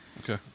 Okay